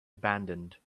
abandoned